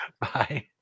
Bye